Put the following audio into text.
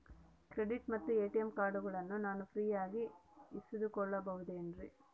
Credit ಮತ್ತ ATM ಕಾರ್ಡಗಳನ್ನ ನಾನು ಫ್ರೇಯಾಗಿ ಇಸಿದುಕೊಳ್ಳಬಹುದೇನ್ರಿ?